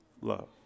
love